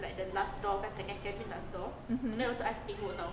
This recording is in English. mmhmm